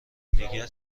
دیگر